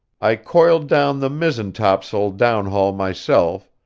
i coiled down the mizzen-topsail downhaul myself,